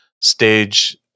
stage